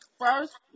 first